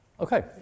Okay